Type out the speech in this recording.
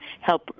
help